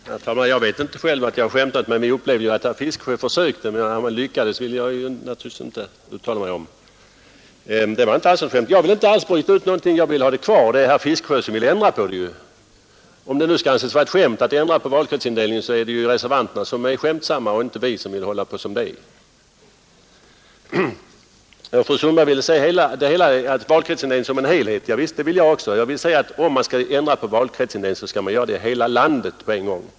Herr talman! Jag vet inte själv att jag har skämtat, men vi upplevde ju att herr Fiskesjö försökte göra det. Huruvida han lyckades vill jag naturligtvis inte uttala mig om. Det var inte alls något skämt från min sida. Jag vill inte bryta ut någonting. Jag vill ha det kvar. Det är herr Fiskesjö som vill ha en ändring. Om det nu skall anses vara ett skämt att ändra på valkretsindelningen så är det ju reservanterna som är skämtsamma och inte vi som vill behålla den nuvarande ordningen. Fru Sundberg ville se hela valkretsindelningen som en helhet. Det vill jag också. Om man skall ändra på valkretsindelningen skall man göra det över hela landet på en gång.